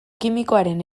kimikoaren